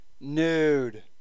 nude